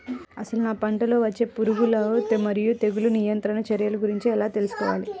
అసలు నా పంటలో వచ్చే పురుగులు మరియు తెగులుల నియంత్రణ చర్యల గురించి ఎలా తెలుసుకోవాలి?